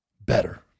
better